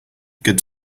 good